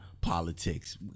politics